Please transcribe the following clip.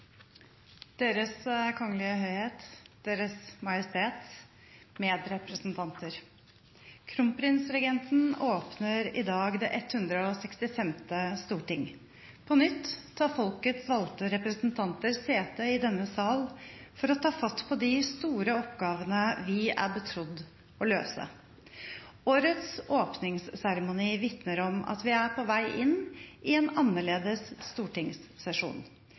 Deres Kongelige Høyhet, Deres Majestet, medrepresentanter! Kronprinsregenten åpner det 165. storting. På nytt tar folkets valgte representanter sete i denne sal for å ta fatt på de store oppgavene vi er betrodd å løse. Årets åpningsseremoni vitner om at vi er på vei inn i en annerledes stortingssesjon.